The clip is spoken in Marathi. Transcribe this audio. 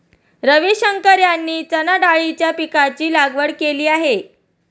रविशंकर यांनी चणाडाळीच्या पीकाची लागवड केली आहे